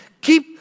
Keep